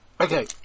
Okay